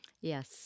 Yes